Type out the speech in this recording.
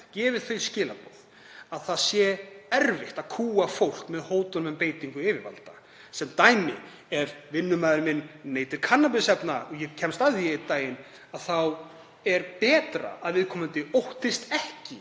sendi þau skilaboð að það sé erfitt að kúga fólk með hótunum um að siga yfirvöldum á fólk. Ef vinnumaðurinn minn neytir kannabisefna og ég kemst að því einn daginn þá er betra að viðkomandi óttist ekki